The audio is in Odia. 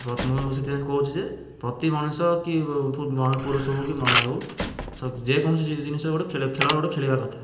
ମୁଁ ସେଥିପାଇଁ କହୁଛି ଯେ ପ୍ରତି ମଣିଷ କି ପୁରୁଷ ହଉ କି ମହିଳା ହଉ ଯେକୌଣସି ଜିନିଷ ଗୋଟେ ଖେଳ ଗୋଟେ ଖେଳିବା କଥା